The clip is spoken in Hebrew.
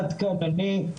עד כאן אני,